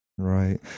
right